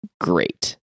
great